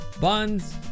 buns